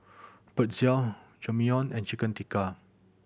Pretzel Jajangmyeon and Chicken Tikka